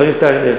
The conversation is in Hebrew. חבר הכנסת אייכלר,